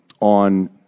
on